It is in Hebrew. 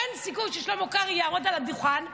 אין סיכוי ששלמה קרעי יעמוד על הדוכן ויגיד: